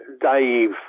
Dave